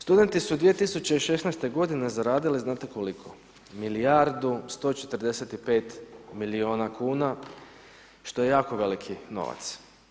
Studenti su 2016. godine zaradili, znate koliko? milijardu i 145 milijuna kuna, što je jako veliki novac.